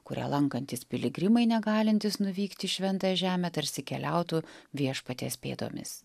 kurią lankantys piligrimai negalintys nuvykti į šventąją žemę tarsi keliautų viešpaties pėdomis